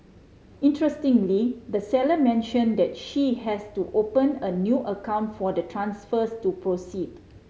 interestingly the seller mentioned that she has to open a new account for the transfers to proceed